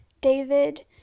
David